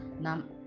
Nam